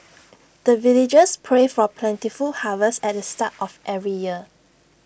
the villagers pray for plentiful harvest at the start of every year